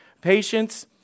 patience